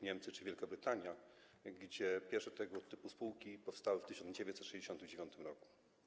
Niemcy czy Wielka Brytania, gdzie pierwsze tego typu spółki powstały w 1969 r.